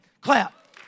Clap